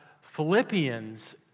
Philippians